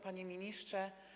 Panie Ministrze!